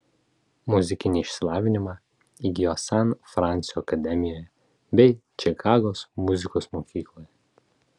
muzikinį išsilavinimą įgijo san fransio akademijoje bei čikagos muzikos mokykloje